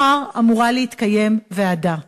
מחר אמורה להתקיים ישיבת ועדה,